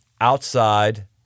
outside